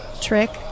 Trick